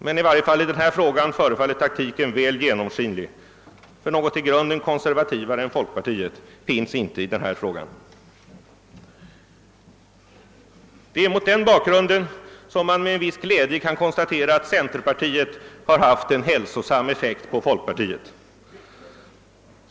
Men i varje fall i denna fråga förefaller taktiken väl genomskinlig, för något i grunden konservativare än folkpartiet finns inte i denna fråga. Det är mot denna bakgrund man med viss glädje kan konstatera att centerpartiet har en hälsosam effekt på folkpartiet.